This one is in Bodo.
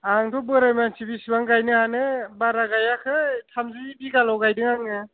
आंथ' बोराय मानसि बेसेबां गायनो हानो बारा गायाखै थामजि बिघाल' गायदों आङो